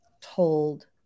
told